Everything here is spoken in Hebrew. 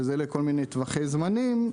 שזה לכל מיני טווחי זמנים,